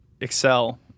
excel